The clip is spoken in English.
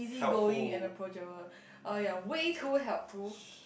is it going and approachable oh ya way too helpful